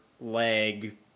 leg